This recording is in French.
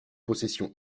possession